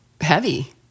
heavy